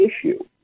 issue